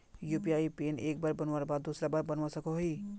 UPI pin एक बार बनवार बाद दूसरा बार बदलवा सकोहो ही?